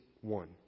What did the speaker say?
one